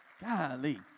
Golly